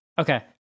Okay